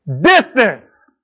Distance